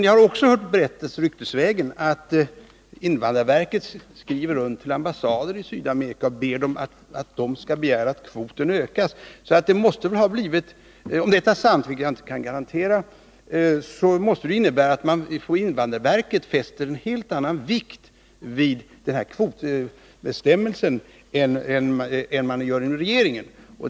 Jag har ryktesvägen hört berättas att invandrarverket skriver runt till ambassader i Sydamerika och ber dessa begära att kvoten skall ökas. Om detta är sant, vilket jag inte kan garantera, måste det innebära att invandrarverket fäster en helt annan vikt vid denna kvotbestämmelse än vad man gör inom regeringen.